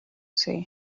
say